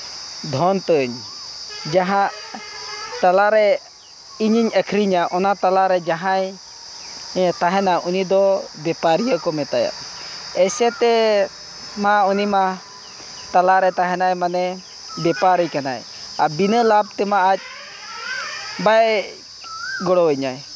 ᱫᱷᱚᱱ ᱛᱤᱧ ᱡᱟᱦᱟᱸ ᱛᱟᱞᱟᱨᱮ ᱤᱧᱤᱧ ᱟᱹᱠᱷᱨᱤᱧᱟ ᱚᱱᱟ ᱛᱟᱞᱟ ᱨᱮ ᱡᱟᱦᱟᱸᱭᱮ ᱛᱟᱦᱮᱱᱟ ᱩᱱᱤ ᱫᱚ ᱵᱮᱯᱟᱨᱤᱭᱟᱹ ᱠᱚ ᱢᱮᱛᱟᱭᱟ ᱮᱭᱥᱮ ᱛᱮ ᱢᱟ ᱩᱱᱤ ᱢᱟ ᱯᱟᱞᱟᱣ ᱨᱮ ᱛᱟᱦᱮᱱᱟᱭ ᱢᱟᱱᱮ ᱵᱮᱯᱟᱨᱤ ᱠᱟᱱᱟᱭ ᱟᱨ ᱵᱤᱱᱟᱹ ᱞᱟᱵᱽ ᱟᱡ ᱵᱟᱭ ᱜᱚᱲᱚ ᱤᱧᱟᱹᱭ